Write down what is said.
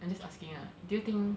I'm just asking lah do you think